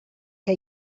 que